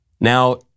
Now